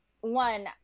one